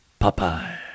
Popeye